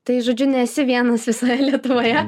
tai žodžiu nesi vienas visoje lietuvoje